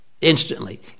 instantly